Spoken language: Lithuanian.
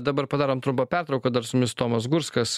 dabar padarom trumpą pertrauką dar su mumis tomas gurskas